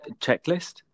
checklist